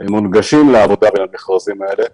מונגשים לעבודה במכרזים האלה,